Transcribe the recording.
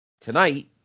Tonight